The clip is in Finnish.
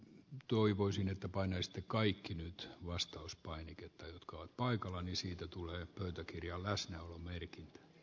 toivoisin että paineista kaikki nyt vastaus painiketta jotka ovat paikalla niin siitä tulee pöytäkirja läsnäolomerkintä